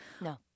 No